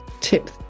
Tip